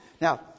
Now